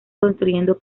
construyendo